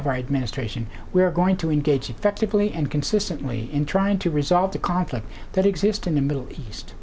of our administration we are going to engage effectively and consistently in trying to resolve the conflict that exist in the middle east